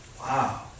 Wow